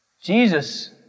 Jesus